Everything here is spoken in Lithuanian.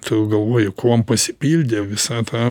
tu galvoji kuom pasipildė visa ta